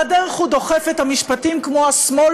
על הדרך הוא דוחף את משפטים כמו: השמאל